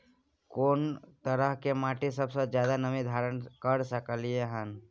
कोन तरह के माटी सबसे ज्यादा नमी धारण कर सकलय हन?